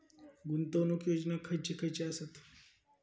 गुंतवणूक योजना खयचे खयचे आसत?